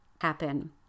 happen